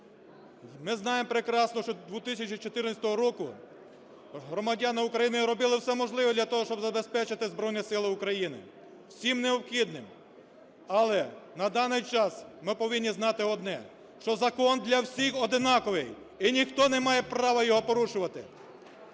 ми знаємо прекрасно, що з 2014 року громадяни України робили все можливе для того, щоб забезпечити Збройні Сили України, всім необхідним. Але на даний час ми повинні знати одне, що закон для всіх однаковий і ніхто не має права його порушувати.